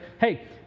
hey